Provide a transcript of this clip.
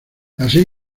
así